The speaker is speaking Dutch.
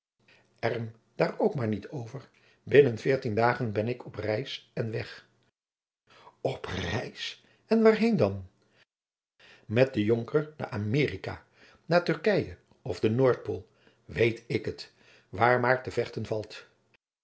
daar ook maar niet over binnen veertien dagen ben ik op reis en weg op reis en waarheen dat met den jonker naar america naar turkye of de noordpool weet ik het waar maar te vechten valt